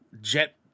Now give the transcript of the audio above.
jet